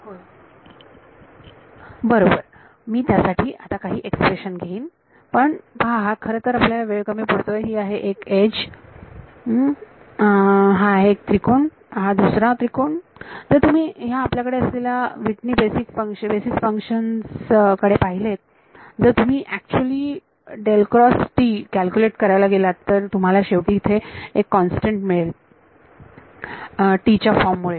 विद्यार्थी होय बरोबर मी त्यासाठी आता काही एक्सप्रेशन घेईन पण पहा हा खरेतर आपल्याला वेळ कमी पडतोय ही आहे एक एज हा आहे त्रिकोण आणि आहे दुसरा त्रिकोण जर तुम्ही ह्या आपल्याकडे असलेल्या व्हिटनी बेसिक फंक्शन्स कडे पाहिलेत जर तुम्ही ऍक्च्युली कॅल्क्युलेट करायला गेलात तर तुम्हाला शेवटी एक कॉन्स्टंट मिळेल च्या फॉर्म मुळे